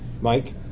Mike